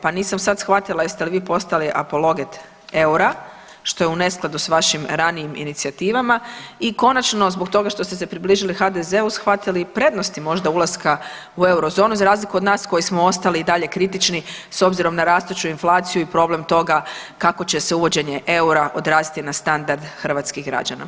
Pa nisam sada shvatila jeste li postali apologet eura što je u neskladu sa vašim ranijim inicijativama i konačno zbog toga što ste se približili HDZ-u shvatili prednosti možda ulaska u eurozonu za razliku od nas koji smo ostali i dalje kritični s obzirom na rastuću inflaciju i problem toga kako će se uvođenje eura odraziti na standard hrvatskih građana.